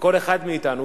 וכל אחד מאתנו,